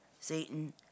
Satan